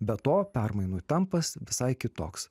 be to permainų tempas visai kitoks